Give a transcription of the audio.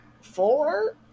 Four